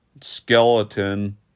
skeleton